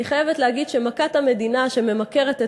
אני חייבת להגיד שמכת המדינה שממכרת את